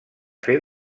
fer